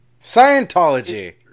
Scientology